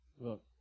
Look